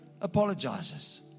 apologizes